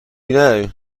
know